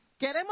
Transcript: Queremos